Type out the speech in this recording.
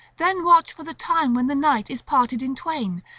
then watch for the time when the night is parted in twain,